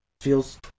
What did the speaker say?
feels